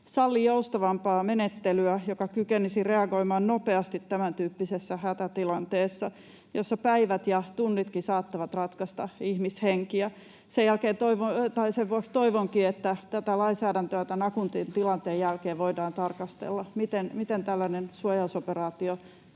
salli joustavampaa menettelyä, joka kykenisi reagoimaan nopeasti tämäntyyppisessä hätätilanteessa, jossa päivät ja tunnitkin saattavat ratkaista ihmishenkiä. Sen vuoksi toivonkin, että tämän akuutin tilanteen jälkeen voidaan tarkastella tätä lainsäädäntöä, miten tällainen suojausoperaatio